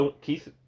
Keith